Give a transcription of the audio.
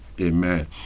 amen